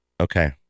Okay